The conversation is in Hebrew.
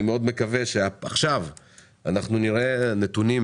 אני מקווה מאוד שעכשיו נראה נתונים